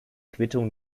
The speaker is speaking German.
quittung